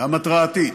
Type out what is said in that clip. גם ההתרעתית,